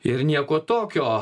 ir nieko tokio